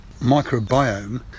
microbiome